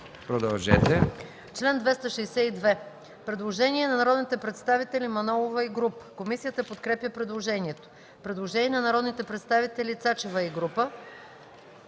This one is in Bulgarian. продължете